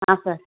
sir